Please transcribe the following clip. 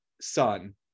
son